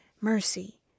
mercy